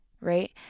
Right